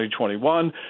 2021